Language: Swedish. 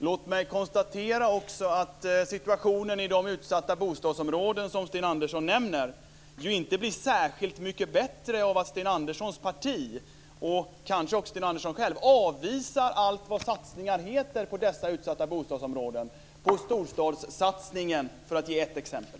Låt mig också konstatera att situationen i de utsatta bostadsområden som Sten Andersson nämner inte blir särskilt mycket bättre av att Sten Anderssons parti och kanske också Sten Andersson själv avvisar allt vad satsningar heter på dessa utsatta bostadsområden - på storstadssatsningen, för att ge ett exempel.